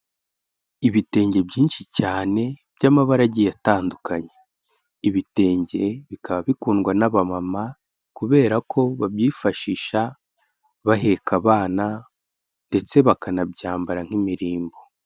Ibitenge byinshi cyane by'amabara agiye atandukanye, ibitenge bikaba bikundwa n'abamama kubera ko babyifashisha baheka abana ndetse bakanabyambara nk'imirimbo.